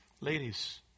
ladies